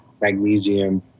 magnesium